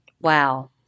Wow